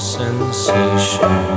sensation